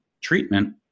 treatment